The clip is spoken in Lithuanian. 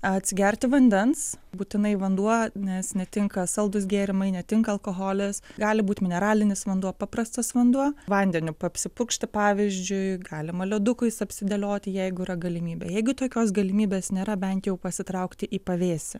atsigerti vandens būtinai vanduo nes netinka saldūs gėrimai netinka alkoholis gali būt mineralinis vanduo paprastas vanduo vandeniu apsipurkšti pavyzdžiui galima ledukais apsidėlioti jeigu yra galimybė jeigu tokios galimybės nėra bent jau pasitraukti į pavėsį